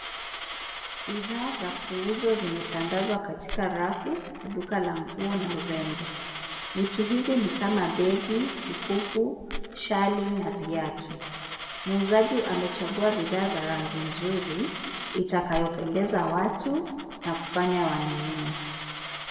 Bidhaa za kuuzwa zimetandazwa katika rafu duka la nguo na urembo. Vitu hivi ni kama; begi, mkufu, chali na viatu .Muuzaji amechagua bidhaa za rangi nzuri itakayopendeza watu na kufanya wanunue.